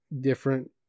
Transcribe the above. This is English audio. different